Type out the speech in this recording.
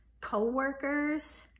co-workers